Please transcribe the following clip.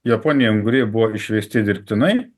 japonijoje unguriai buvo išvesti dirbtinai